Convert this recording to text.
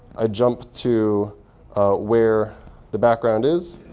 ah jump to where the background is.